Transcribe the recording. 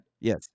yes